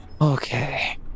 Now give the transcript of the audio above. Okay